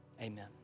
Amen